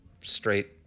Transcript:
straight